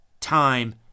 time